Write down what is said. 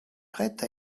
prête